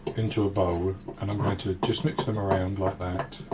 into a but and um going to just mix them around like that,